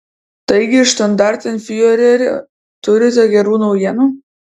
taigi štandartenfiureri turite gerų naujienų